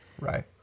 Right